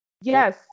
Yes